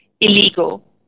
illegal